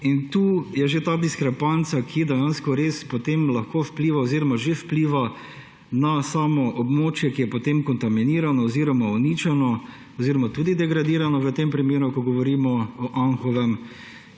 Tukaj je že ta diskrepanca, ki dejansko res potem lahko vpliva oziroma že vpliva na samo območje, ki je potem kontaminirano oziroma uničeno oziroma tudi degradirano – v tem primeru, ko govorimo o Anhovem.